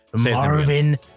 marvin